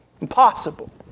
Impossible